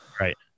Right